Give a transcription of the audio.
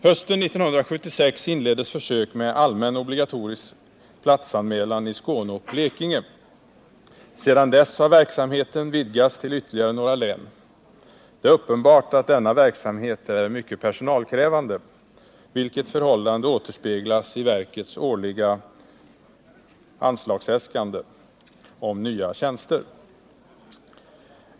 Hösten 1976 inleddes försök med allmän obligatorisk platsanmälan i Skåne och Blekinge. Sedan dess har verksamheten vidgats till ytterligare några län. Det är uppenbart att denna verksamhet är mycket personalkrävande, vilket förhållande återspeglas i verkets årliga äskanden om anslag till nya tjänster.